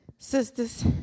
Sisters